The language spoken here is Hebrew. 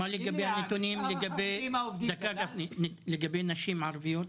מה לגבי נתונים על נשים ערביות?